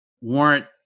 warrant